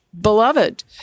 beloved